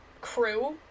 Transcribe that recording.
crew